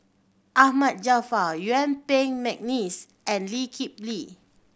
Ahmad Jaafar Yuen Peng McNeice and Lee Kip Lee